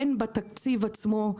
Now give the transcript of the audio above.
הן בתקציב עצמו.